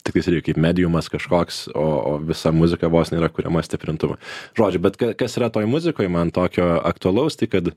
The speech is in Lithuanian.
tiktais irgi kaip mediumas kažkoks o o visa muzika vos nėra kuriama stiprintuvu žodžiu bet ka kas yra toj muzikoj man tokio aktualaus tai kad